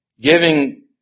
Giving